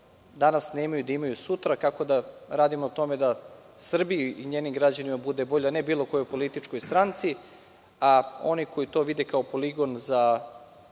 danas nemaju imaju sutra, kako da radimo na tome da Srbiji i njenim građanima bude bolje, a ne bilo kojoj političkoj stranci, a oni koji to vide kao poligon za